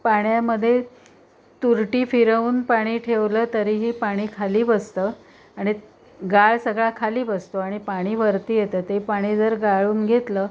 पाण्यामध्ये तुरटी फिरवून पाणी ठेवलं तरीही पाणी खाली बसतं आणि गाळ सगळा खाली बसतो आणि पाणी वरती येतं ते पाणी जर गाळून घेतलं